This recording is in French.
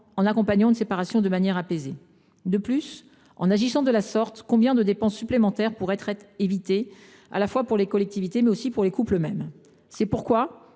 en accompagnant une séparation de manière apaisée ? De plus, en agissant de la sorte, combien de dépenses supplémentaires pourraient être évitées, à la fois pour les collectivités, mais aussi pour les couples eux mêmes ? C’est vrai